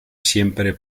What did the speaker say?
siempre